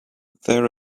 there